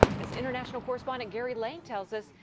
as international correspondent gary lane tells us,